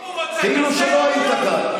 כאילו שלא היית כאן.